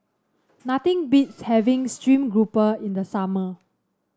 nothing beats having stream grouper in the summer